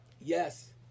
yes